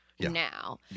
Now